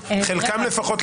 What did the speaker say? חלקם לפחות,